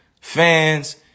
Fans